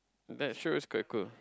that sure is quite good